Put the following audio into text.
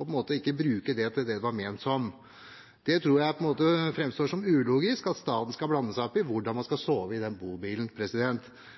og ikke bruke den til det den var ment som. Det framstår som ulogisk at staten skal blande seg opp i hvordan man skal sove i den bobilen.